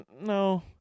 No